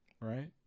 right